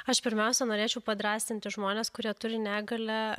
aš pirmiausia norėčiau padrąsinti žmones kurie turi negalią